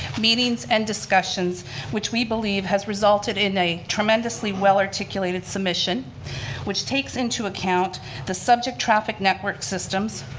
meetings and discussions which we believe has resulted in a tremendously well articulated submission which takes into account the subject traffic network systems,